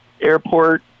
airport